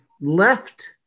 left